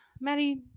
maddie